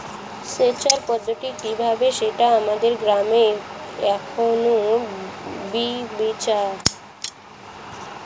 সেচের পদ্ধতিটি কি হবে সেটা আমাদের গ্রামে এখনো বিবেচ্য